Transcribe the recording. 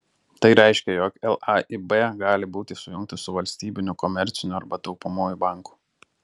tai reiškia jog laib gali būti sujungtas su valstybiniu komerciniu arba taupomuoju banku